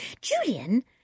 Julian